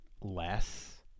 less